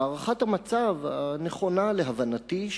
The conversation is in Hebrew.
הערכת המצב הנכונה להבנתי,